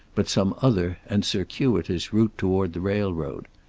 but some other and circuitous route toward the railroad.